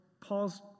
Paul's